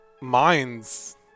minds